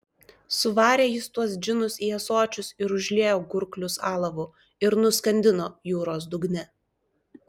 suvarė jis tuos džinus į ąsočius ir užliejo gurklius alavu ir nuskandino jūros dugne